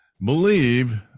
believe